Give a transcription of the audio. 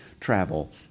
travel